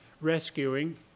rescuing